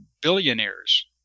billionaires